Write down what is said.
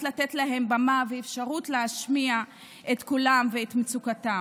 לתת להם במה ואפשרות להשמיע את קולם ואת ומצוקתם.